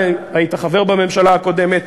אתה היית חבר בממשלה הקודמת,